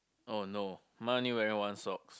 oh no mine only wearing one socks